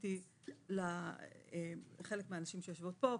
פניתי לחלק מהאנשים שיושבים פה,